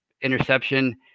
interception